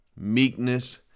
meekness